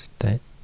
State